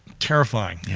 terrifying, yeah